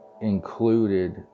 included